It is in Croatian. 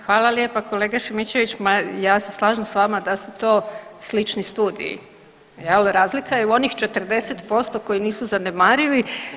Hvala lijepa kolega Šimičeviću, ma ja se slažem s vama da su to slični studiji jel, razlika je u onih 40% koji nisu zanemarivi.